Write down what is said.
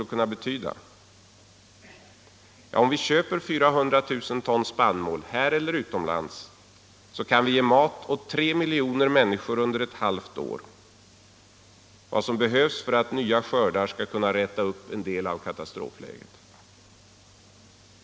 Om vi för anslaget bl.a. köper 400 000 ton spannmål i Sverige eller utomlands kan vi ge mat åt 3 miljoner människor under ett halvt år; det halva år som behövs för att nya skördar skall kunna reda upp en del av katastrofläget.